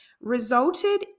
resulted